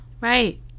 Right